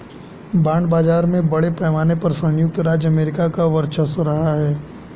bond बाजार में बड़े पैमाने पर सयुक्त राज्य अमेरिका का वर्चस्व रहा है